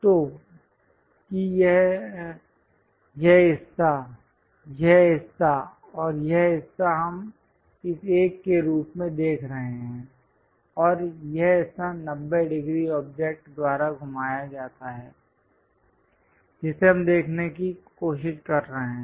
तो कि यह हिस्सा यह हिस्सा है और यह हिस्सा हम इस एक के रूप में देख रहे हैं और यह हिस्सा 90 डिग्री ऑब्जेक्ट द्वारा घुमाया जाता है जिसे हम देखने की कोशिश कर रहे हैं